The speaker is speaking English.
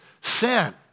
sin